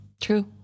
True